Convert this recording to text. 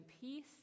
peace